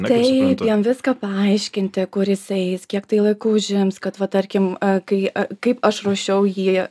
taip jam viską paaiškinti kur jis eis kiek tai laiko užims kad va tarkim kai kaip aš ruošiau jį